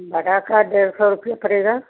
बाटा का डेढ़ सौ रुपया पड़ेगा